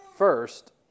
First